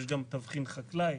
יש גם תבחין חקלאי,